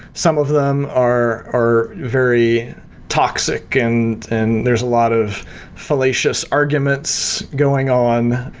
some of them are are very toxic, and and there's a lot of fallacious arguments going on.